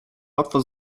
łatwo